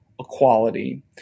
equality